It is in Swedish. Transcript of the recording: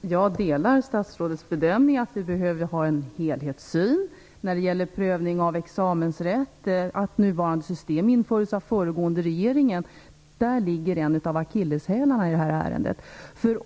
Fru talman! Jag delar statsrådets bedömning att vi behöver ha en helhetssyn när det gäller prövning av examensrätt och att nuvarande system infördes av den föregående regeringen. Där ligger en akilleshäl i det här ärendet.